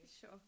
Sure